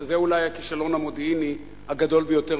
וזה אולי הכישלון המודיעיני הגדול ביותר,